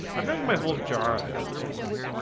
i've drank my whole jar at least once